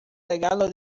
regalo